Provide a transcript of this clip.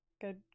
Good